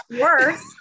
worse